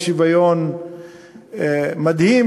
אי-שוויון מדהים,